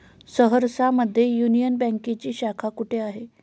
सहरसा मध्ये युनियन बँकेची शाखा कुठे आहे?